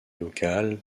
locales